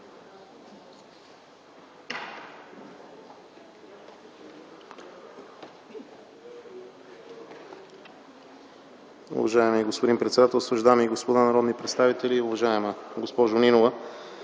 Уважаеми господин председателстващ, дами и господа народни представители! Уважаема госпожо Нинова,